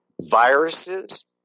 viruses